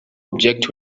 object